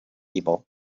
evil